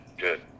Good